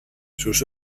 sus